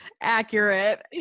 Accurate